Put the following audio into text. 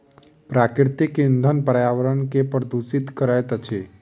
प्राकृतिक इंधन पर्यावरण के प्रदुषित करैत अछि